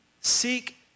seek